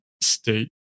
state